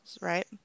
right